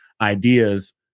ideas